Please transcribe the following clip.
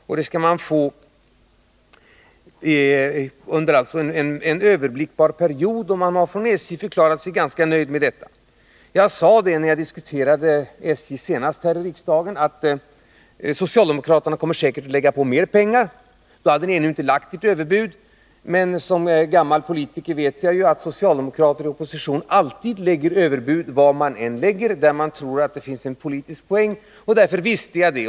Man skall få det under en överblickbar period, och man har från SJ förklarat sig ganska nöjd med detta. Jag sade, när jag senast diskuterade SJ här i riksdagen, att socialdemokraterna säkert kommer att lägga på mer pengar. Då hade ni ännu inte lagt ert överbud, men som gammal politiker vet jag ju att socialdemokrater i opposition alltid — oavsett vad som föreslås — lägget överbud där man tror att det finns en politisk poäng. Därför visste jag att socialdemokraterna skulle göra det nu.